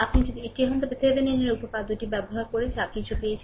আপনি যদি এটি হন তবে থেভেনিনের উপপাদ্যটি ব্যবহার করে যা কিছু পেয়েছেন